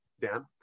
dan